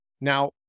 Now